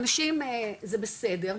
זה בסדר,